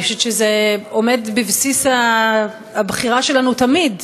אני חושבת שזה עומד בבסיס הבחירה שלנו תמיד,